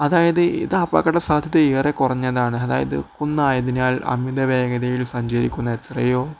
അതായത് ഇത് അപകട സാധ്യത ഏറെ കുറഞ്ഞതാണ് അതായത് കുന്നായതിനാൽ അമിത വേഗതയിൽ സഞ്ചരിക്കുന്ന എത്രയോ